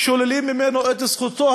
שוללים ממנו את זכותו